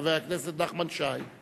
את חבר הכנסת נחמן שי.